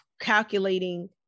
calculating